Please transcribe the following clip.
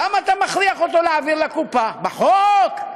למה אתה מכריח אותו להעביר לקופה, בחוק?